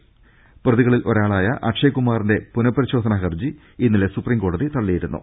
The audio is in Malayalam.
ഇന്നലെ പ്രതികളിലൊരാ ളായ അക്ഷയ്കുമാറിന്റെ പുനഃപരിശോധനാ ഹർജി ഇന്നലെ സുപ്രീംകോടതി തള്ളിയിരുന്നു